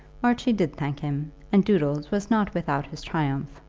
archie did thank him, and doodles was not without his triumph.